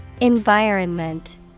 Environment